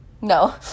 no